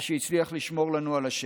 מה שהצליח לשמור לנו על השקט.